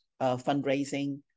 fundraising